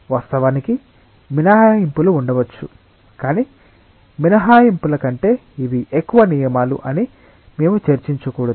వాస్తవానికి మినహాయింపులు ఉండవచ్చు కానీ మినహాయింపుల కంటే ఇవి ఎక్కువ నియమాలు అని మేము చర్చించకూడదు